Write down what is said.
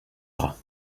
rats